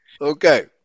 Okay